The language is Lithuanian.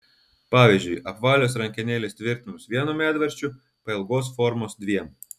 pavyzdžiui apvalios rankenėlės tvirtinamos vienu medvaržčiu pailgos formos dviem